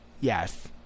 Yes